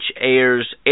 airs